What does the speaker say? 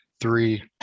three